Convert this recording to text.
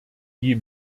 die